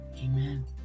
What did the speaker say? Amen